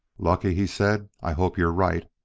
lucky? he said. i hope you're right.